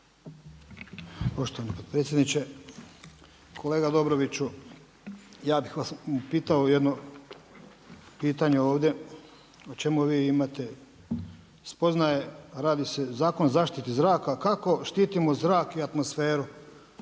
Poštovani potpredsjedniče. Kolega Dobroviću, ja bih vas pitao jedno pitanju ovdje o čemu vi imate spoznaje, radi se o Zakonu zaštite zraka, kako štitimo zrak i atmosferu.